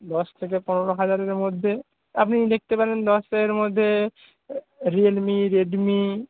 দশ থেকে পনেরো হাজারের মধ্যে আপনি দেখতে পারেন দশের মধ্যে রিয়েলমি রেডমি